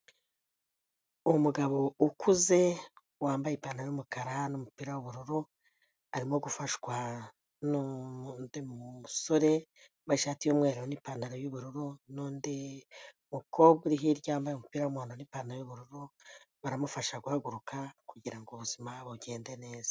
Umugabo ukuze wambaye ipantaro yumukara n'umupira w'ubururu arimo gufashwa nundi musore wambaye ishati y'umweru n'ipantaro y'ubururu nundi mukobwa uri hirya yambaye umupira w'umuhondo n'ipantaro yubururu baramufasha guhaguruka kugirango ubuzima bugende neza.